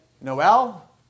Noel